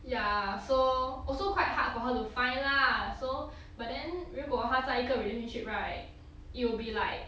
ya so also quite hard for her to find lah so but then 如果她在一个 relationship right it will be like